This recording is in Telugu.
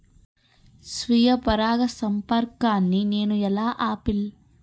స్వీయ పరాగసంపర్కాన్ని నేను ఎలా ఆపిల్?